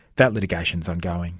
that litigation is ongoing